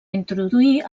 introduir